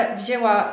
wzięła